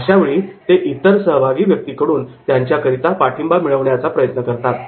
अशा वेळी ते इतर सहभागी व्यक्तींकडून त्यांच्याकरिता पाठिंबा मिळवण्याचा प्रयत्न करतात